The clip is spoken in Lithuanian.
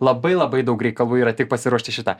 labai labai daug reikalų yra tik pasiruošti šitą